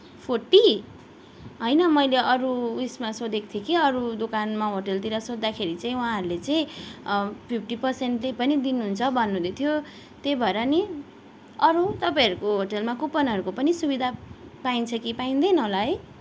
forty होइन मैले अरू उयेसमा सोधेको थिएँ कि अरू दोकानमा होटेलतिर सोद्धाखेरि चाहिँ उहाँहरूले चाहिँ फिफ्टी पर्सेन्टले पनि दिनुहुन्छ भन्नु हुँदैथियो त्यही भएर नि अरू तपाईँहरूको होटेलमा कुपनहरूको पनि सुविधा पाइन्छ कि पाइँदैन होला है